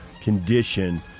condition